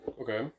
Okay